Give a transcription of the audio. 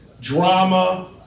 drama